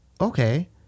okay